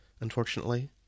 unfortunately